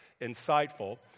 insightful